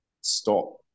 stop